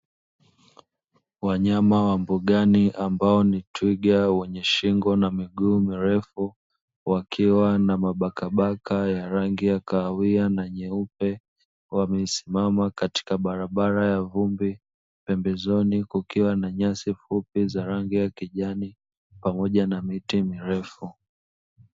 Wanyama wa mbugani ambao ni twiga wenye shingo na miguu mirefu, wakiwa na mabaka baka ya rangi ya kahawia na nyeupe, wamesimama katika barabara ya vumbi pembezoni kukiwa na nyasi fupi za rangi ya kijani pamoja na miti mirefu.